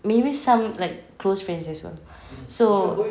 maybe some like close friends as well so